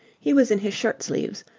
he was in his shirt-sleeves,